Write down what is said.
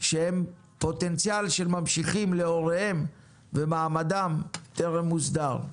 שהם פוטנציאל של ממשיכים להוריהם ומעמדם טרם הוסדר.